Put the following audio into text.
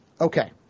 Okay